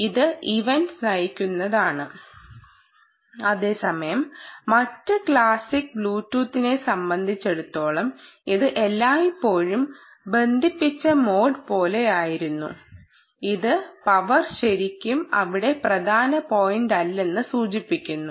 ഇത് ഇവന്റ് നയിക്കുന്നതാണ് അതേസമയം മറ്റ് ക്ലാസിക് ബ്ലൂടൂത്തിനെ സംബന്ധിച്ചിടത്തോളം ഇത് എല്ലായ്പ്പോഴും ബന്ധിപ്പിച്ച മോഡ് പോലെയായിരുന്നു ഇത് പവർ ശരിക്കും അവിടെ പ്രധാന പോയിന്റല്ലെന്ന് സൂചിപ്പിക്കുന്നു